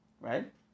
right